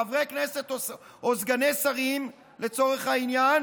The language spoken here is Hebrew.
חברי כנסת או סגני שרים לצורך העניין,